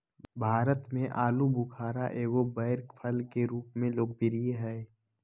भारत में आलूबुखारा एगो बैर फल के रूप में लोकप्रिय हइ